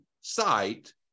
site